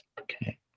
Okay